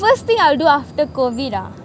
first thing I will do after C_O_V_I_D ah